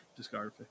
discography